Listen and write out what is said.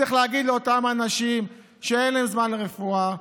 צריך להגיד לאותם אנשים שאין להם זמן לרפואה,